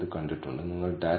ŷi yi യും തമ്മിലുള്ള ദൂരം